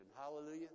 Hallelujah